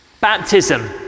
Baptism